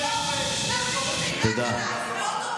בוגדים" לתוך המשכן הזה על ידי סיעת הליכוד,